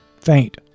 faint